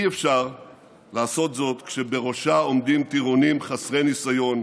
אי-אפשר לעשות זאת כשבראשה עומדים טירונים חסרי ניסיון.